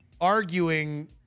arguing